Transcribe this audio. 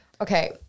Okay